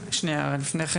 רק רגע, לפני כן